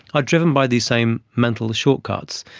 are driven by these same mental shortcuts.